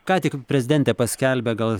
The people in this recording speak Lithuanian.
ką tik prezidentė paskelbė gal